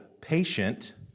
Patient